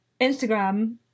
Instagram